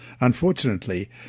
Unfortunately